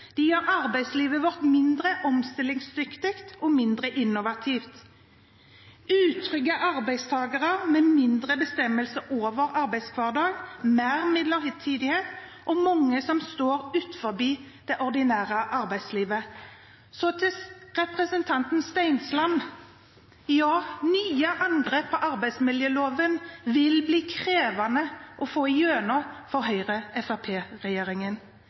De bygger ned vinnermodellen. De gjør arbeidslivet vårt mindre omstillingsdyktig og mindre innovativt, med utrygge arbeidstakere med mindre bestemmelse over arbeidshverdagen, mer midlertidighet og mange som står utenfor det ordinære arbeidslivet. Så til representanten Stensland: Ja, nye angrep på arbeidsmiljøloven vil bli krevende å få igjennom for